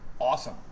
awesome